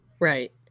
Right